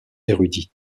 érudits